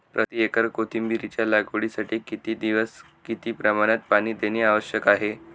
प्रति एकर कोथिंबिरीच्या लागवडीसाठी किती दिवस किती प्रमाणात पाणी देणे आवश्यक आहे?